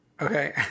Okay